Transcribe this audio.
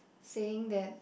saying that